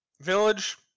Village